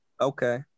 Okay